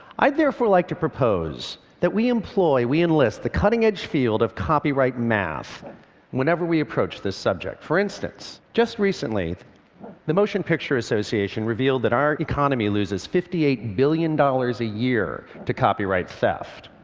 i'd therefore like to propose that we employ, we enlist, the cutting edge field of copyright math whenever we approach this subject. for instance, just recently the motion picture association revealed that our economy loses fifty eight billion dollars a year to copyright theft.